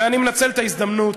ואני מנצל את ההזדמנות,